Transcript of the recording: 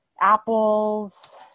apples